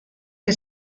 que